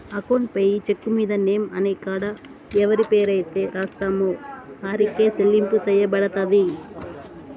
account payee చెక్కు మీద name అనే కాడ ఎవరి పేరైతే రాస్తామో ఆరికే సెల్లింపు సెయ్యబడతది